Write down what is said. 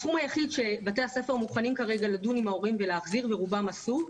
הסכום היחיד שבתי הספר מוכנים כרגע לדון עם ההורים ולהחזיר ורובם עשו,